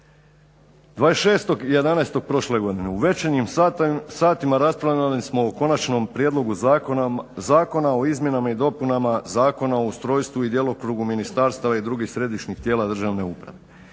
26.11. prošle godine u večernjim satima raspravljali smo o konačnom prijedlogu zakona o izmjenama i dopunama Zakona o ustrojstvu i djelokrugu ministarstava i drugih središnjih tijela državne uprave.